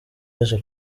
yaje